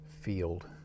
field